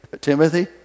Timothy